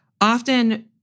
often